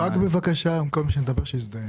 רק בבקשה כל מי שמדבר שיזדהה.